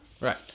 right